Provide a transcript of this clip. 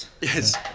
Yes